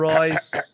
Royce